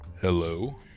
Hello